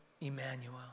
Emmanuel